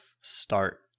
start